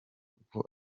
kuko